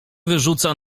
wyrzuca